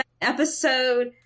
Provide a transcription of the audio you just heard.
episode